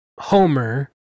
Homer